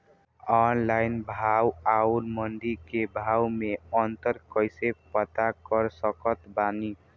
Online भाव आउर मंडी के भाव मे अंतर कैसे पता कर सकत बानी?